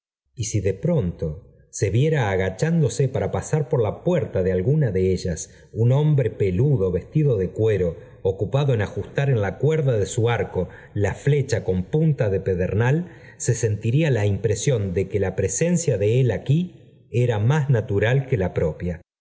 y si de pronto se viera agachándose para pasar por la puerta de alguna de ellas un hombre peludo vestido de cuero ocupado en ajustar en la cuerda de su arco la flecha con punta de pedernal se sentiría la impresión de que la presencia de él aquí era más natural que la propia